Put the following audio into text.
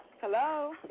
Hello